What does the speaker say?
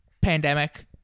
pandemic